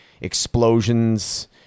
explosions